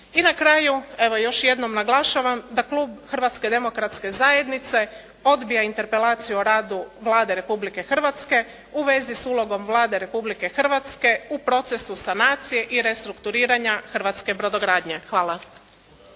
I na kraju, evo još jednom naglašavam da klub Hrvatske demokratske zajednice odbija interpelaciju o radu Vlade Republike Hrvatske u vezi s ulogom Vlade Republike Hrvatske u procesu sanacije i restrukturiranja hrvatske brodogradnje. Hvala.